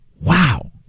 wow